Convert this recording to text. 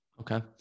Okay